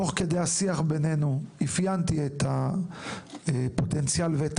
תוך כדי השיח בינינו אפיינתי את הפוטנציאל ואת